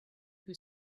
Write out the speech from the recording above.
who